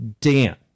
Dan